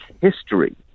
history